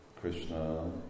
Krishna